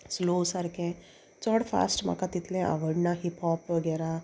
slow सारकें चोड fast म्हाका तितलें आवडना हीप हॉप वघेरा